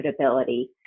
profitability